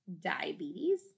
diabetes